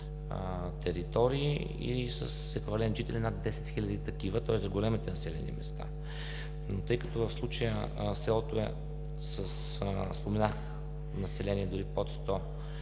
територии и с еквивалент жители над 10 хиляди, тоест за големите населени места. Тъй като в случая селото е с население дори под 100